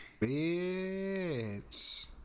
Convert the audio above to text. Bitch